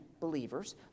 believers